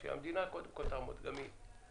קודם כל שהמדינה תעמוד גם היא.